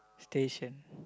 station